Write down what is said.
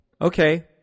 Okay